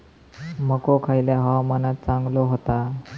मको खयल्या हवामानात चांगलो होता?